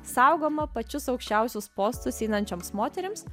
saugoma pačius aukščiausius postus einančioms moterims